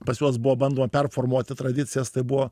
pas juos buvo bandoma performuoti tradicijas tai buvo